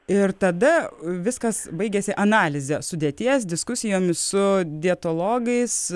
ir tada viskas baigėsi analize sudėties diskusijomis su dietologais